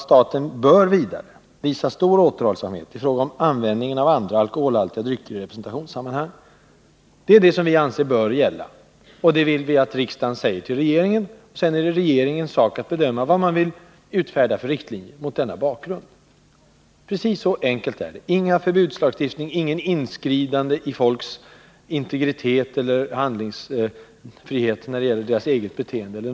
Staten bör vidare visa stor återhållsamhet i fråga om användningen av andra alkoholhaltiga drycker i representationssammanhang.” Det är det vi anser bör gälla, och det vill vi att riksdagen säger till regeringen. Sedan är det regeringens sak att mot denna bakgrund bedöma vad man vill utfärda för riktlinjer. Precis så enkelt är det. Det är ingen förbudslagstiftning, inget ingrepp i folks integritet eller handlingsfrihet när det gäller deras eget beteende.